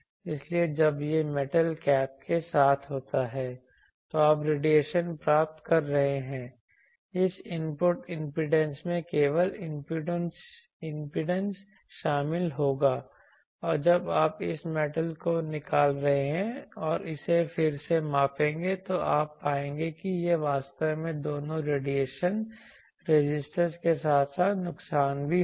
इसलिए जब यह मैटल कैप के साथ होता है तो आप रेडिएशन प्राप्त कर रहे हैं इस इनपुट इम्पीडेंस में केवल इम्पीडेंस शामिल होगा और जब आप इस मैटल को निकाल रहे हैं और इसे फिर से मापेंगे तो आप पाएंगे कि यह वास्तव में दोनों रेडिएशन रेजिस्टेंस के साथ साथ नुकसान भी होगा